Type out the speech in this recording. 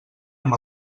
amb